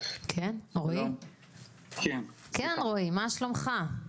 כן רועי מה שלומך?